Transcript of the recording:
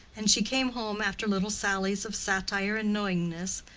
and she came home after little sallies of satire and knowingness,